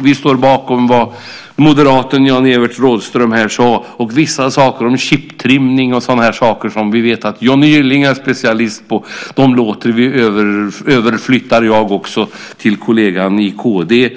Vi står bakom vad moderaten Jan-Evert Rådhström har sagt. Det gäller också vissa saker som till exempel chiptrimning som vi vet att Johnny Gylling är specialist på. Jag överlåter de frågorna till kollegan i kd.